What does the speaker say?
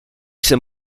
sem